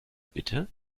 bitte